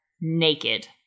Naked